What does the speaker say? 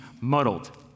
muddled